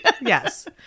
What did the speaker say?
Yes